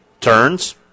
turns